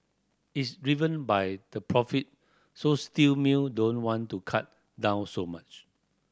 it's driven by the profit so steel mill don't want to cut down so much